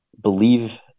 believe